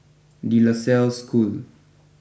De La Salle School